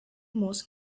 moss